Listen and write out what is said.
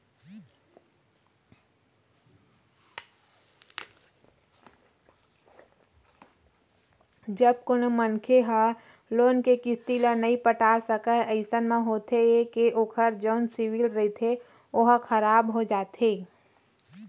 जब कोनो मनखे ह लोन के किस्ती ल नइ पटा सकय अइसन म होथे ये के ओखर जउन सिविल रिहिथे ओहा खराब हो जाथे